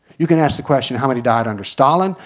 you can ask the question how many died under stalin?